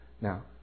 now